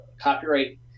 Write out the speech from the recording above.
copyright